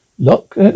Look